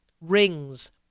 rings